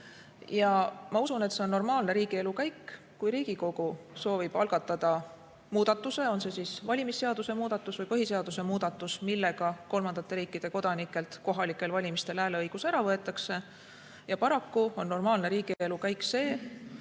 Ma usun, et see on normaalne riigielu käik. Kui Riigikogu soovib algatada muudatuse, on see valimisseaduse muudatus või põhiseaduse muudatus, millega kolmandate riikide kodanikelt kohalikel valimistel hääleõigus ära võetakse, siis on paraku normaalne riigielu käik see,